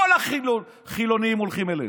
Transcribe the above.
כל החילונים הולכים אליהם.